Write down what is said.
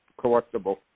collectible